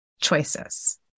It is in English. choices